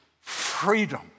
freedom